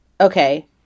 okay